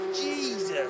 Jesus